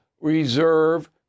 reserve